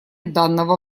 данного